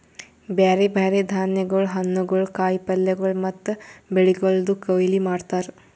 ಬ್ಯಾರೆ ಬ್ಯಾರೆ ಧಾನ್ಯಗೊಳ್, ಹಣ್ಣುಗೊಳ್, ಕಾಯಿ ಪಲ್ಯಗೊಳ್ ಮತ್ತ ಬೆಳಿಗೊಳ್ದು ಕೊಯ್ಲಿ ಮಾಡ್ತಾರ್